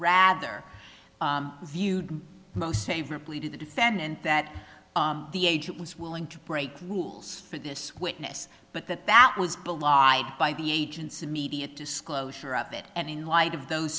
rather viewed most favorably to the defendant that the agent was willing to break rules for this witness but that that was blocked by the agent's immediate disclosure of it and in light of those